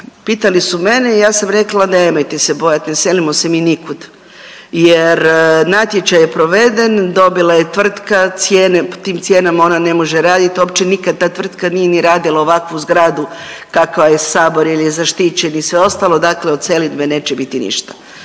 pitali su mene i ja sam rekla nemojte se bojati, ne selimo se mi nikud jer natječaj je proveden, dobila je tvrtka, cijene, tim cijenama ona ne može raditi, uopće nikad ta tvrtka nije ni radila ovakvu zgradu kakva je Sabor jer je zaštićen i sve ostalo, dakle od selidbe neće biti ništa.